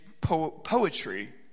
poetry